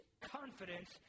confidence